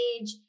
age